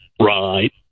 right